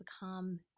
become